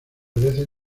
veces